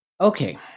Okay